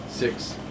Six